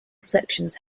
sections